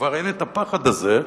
שכבר אין הפחד הזה.